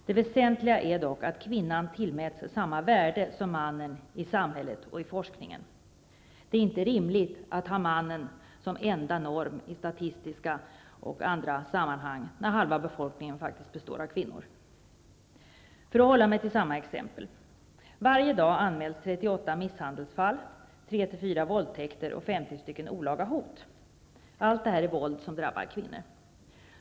Det väsentliga är dock att kvinnan tillmäts samma värde som mannen i samhället och i forskningen. Det är inte rimligt att ha mannen som enda norm i statistiska och andra sammanhang när halva befolkningen faktiskt består av kvinnor. Varje dag anmäls, för att hålla mig till samma exempel, 38 misshandelsfall, 3--4 våldtäkter och 50 olaga hot. Allt detta är våld som drabbar kvinnor.